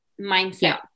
mindset